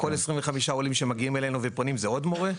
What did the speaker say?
כל 25 עולים שפונים ומגיעים אלינו זה עוד מורה.